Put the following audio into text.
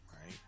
right